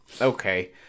okay